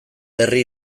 herri